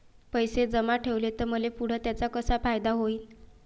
पैसे जमा ठेवले त मले पुढं त्याचा कसा फायदा होईन?